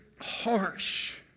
harsh